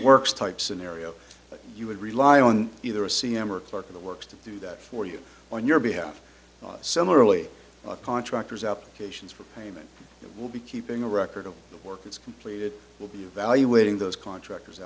works type scenario you would rely on either a c m or a clerk of the works to do that for you on your behalf similarly contractors applications for payment it will be keeping a record of the work its completed will be evaluating those contractors